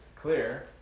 clear